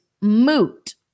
moot